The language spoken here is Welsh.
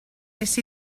nes